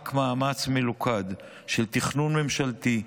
רק מאמץ מלוכד של תכנון ממשלתי,